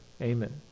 Amen